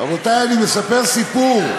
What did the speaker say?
רבותי, אני מספר סיפור,